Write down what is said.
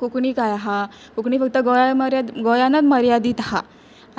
कोंकणी कांय आहा कोंकणी फकत गोंया मरे गोंयानूच मर्यादीत आहा